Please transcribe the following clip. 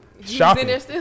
shopping